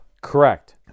Correct